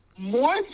More